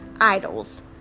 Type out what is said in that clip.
idols